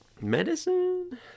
Medicine